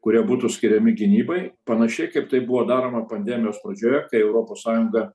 kurie būtų skiriami gynybai panašiai kaip tai buvo daroma pandemijos pradžioje kai europos sąjunga